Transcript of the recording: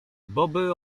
boby